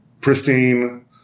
pristine